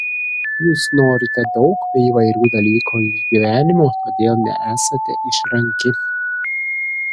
jūs norite daug bei įvairių dalykų iš gyvenimo todėl nesate išranki